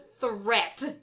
threat